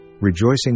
rejoicing